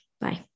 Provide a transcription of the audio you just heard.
Bye